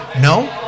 no